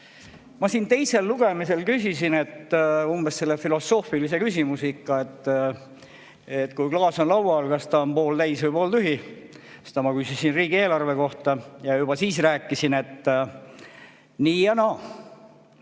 Ma teisel lugemisel küsisin umbes sellise filosoofilise küsimuse, et kui klaas on laual, kas ta on pooltäis või pooltühi. Seda ma küsisin riigieelarve kohta. Juba siis ma rääkisin, et nii ja naa.